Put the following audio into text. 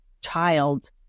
child